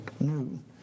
new